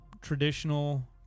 traditional